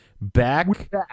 Back